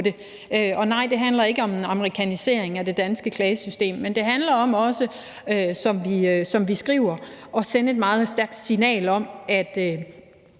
det handler ikke om en amerikanisering af det danske klagesystem, men det handler om også, som vi skriver, at sende et meget stærkt signal om,